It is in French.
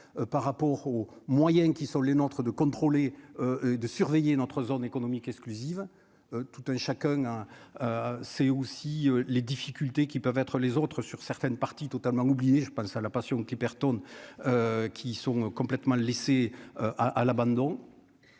par rapport aux moyens qui sont les nôtres, de contrôler et de surveiller notre zone économique exclusive, tout un chacun sait aussi les difficultés qui peuvent être les autres sur certaines parties totalement oublié, je pense à la passion qui Bertone qui sont complètement laissées à l'abandon